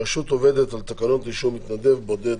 הרשות עובדת על תקנות רישום מתנדב בודד,